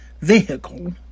vehicle